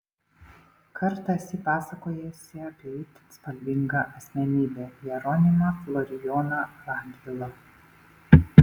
kartą esi pasakojusi apie itin spalvingą asmenybę jeronimą florijoną radvilą